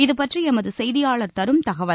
இதுபற்றி எமது செய்தியாளர் தரும் தகவல்